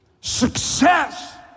success